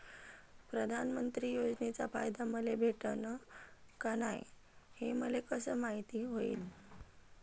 प्रधानमंत्री योजनेचा फायदा मले भेटनं का नाय, हे मले कस मायती होईन?